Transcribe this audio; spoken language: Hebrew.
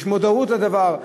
יש מודעות לדבר,